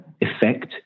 effect